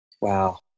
Wow